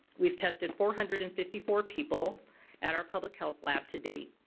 we've tested four hundred and fifty four people at our public health lab to date.